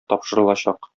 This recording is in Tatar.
тапшырылачак